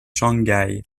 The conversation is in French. shanghai